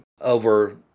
over